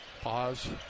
pause